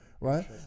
right